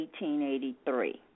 1883